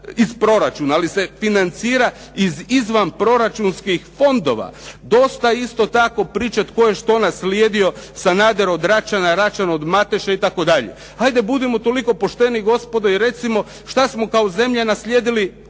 iz proračuna, ali se financira iz izvanproračunskih fondova. Dosta je isto tako pričati tko je šta naslijedio Sanader od Račana, Račan od Mateše itd.. Ajde budimo toliko pošteni gospodo i recimo šta smo kao zemlja naslijedili